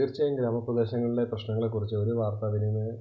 തീർച്ചയായും ഗ്രാമപ്രദേശങ്ങളിലെ പ്രശ്നനങ്ങളെ കുറിച്ചു ഒരു വാർത്ത വിനിമയ